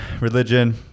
religion